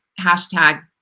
hashtag